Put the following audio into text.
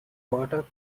water